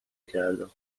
کردم